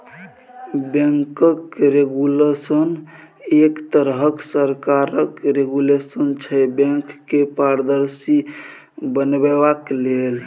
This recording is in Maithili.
बैंकक रेगुलेशन एक तरहक सरकारक रेगुलेशन छै बैंक केँ पारदर्शी बनेबाक लेल